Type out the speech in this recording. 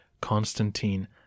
Constantine